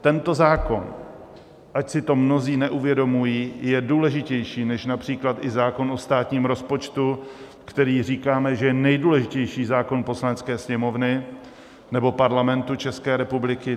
Tento zákon, ač si to mnozí neuvědomují, je důležitější než například i zákon o státním rozpočtu, o kterém říkáme, že je nejdůležitější zákon Poslanecké sněmovny nebo Parlamentu České republiky.